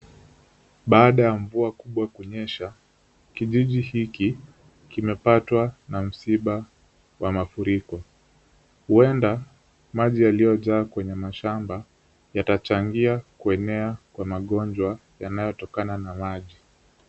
Baada ya mvua kubwa kunyesha kijiji hiki kimepatwa na msiba wa mafuriko. Huenda maji yaliyojaa kwenye mashamba yatachangia kuenea kwa magonjwa yanayotokana na maji.